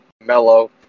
Mellow